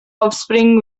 offspring